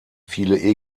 viele